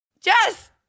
Jess